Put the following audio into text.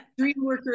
DreamWorker